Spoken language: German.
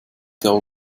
der